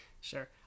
Sure